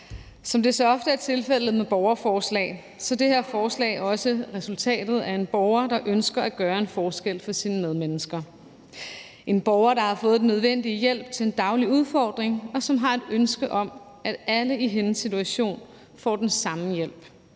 Som det så ofte er tilfældet med borgerforslag, er det her forslag også et resultat af, at en borger ønsker at gøre en forskel for sine medmennesker. En borger har fået den nødvendige hjælp til en daglig udfordring og har et ønske om, at alle i hendes situation får den samme hjælp,